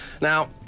Now